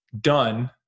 done